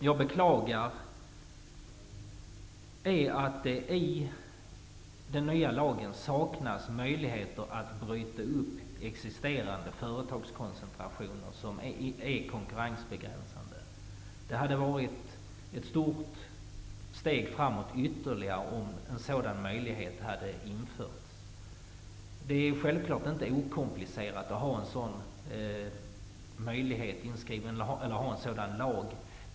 Jag beklagar dock att det i den nya lagen saknas möjligheter att bryta upp existerande företagskoncentrationer som är konkurrensbegränsande. Det hade varit ytterligare ett stort steg framåt om en sådan möjlighet hade införts. Det är självklart inte okomplicerat att ha en sådan lag.